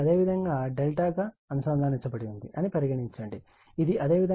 మరియు ఇది అదేవిధంగా ∆ గా అనుసంధానించబడి ఉంది అని పరిగణించండి ఇది అదేవిధంగా Zc Zb మరియు Za